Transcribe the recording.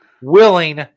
willing